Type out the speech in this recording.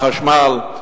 החשמל,